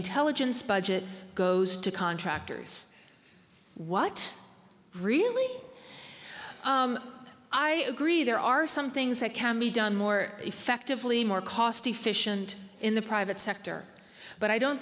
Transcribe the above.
intelligence budget goes to contractors what really i agree there are some things that can be done more effectively more cost efficient in the private sector but i don't